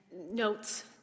notes